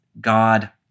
God